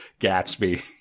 Gatsby